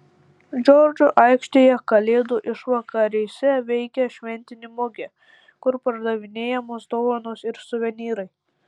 džordžo aikštėje kalėdų išvakarėse veikia šventinė mugė kur pardavinėjamos dovanos ir suvenyrai